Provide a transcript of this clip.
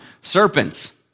serpents